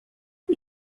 who